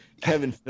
kevin